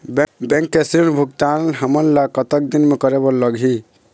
Bank के ऋण भुगतान हमन ला कतक दिन म करे बर लगही?